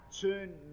turn